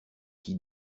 qui